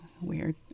weird